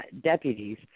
deputies